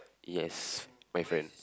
yes my friend